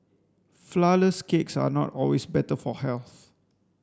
flourless cakes are not always better for health